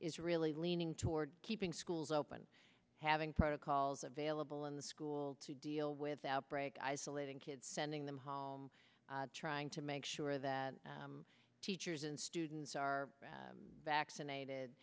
is really leaning toward keeping schools open having protocols available in the school to deal with outbreak isolating kids sending them home trying to make sure that teachers and students are vaccinated